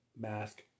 mask